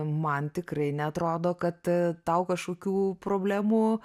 man tikrai neatrodo kad a tau kažkokių problemų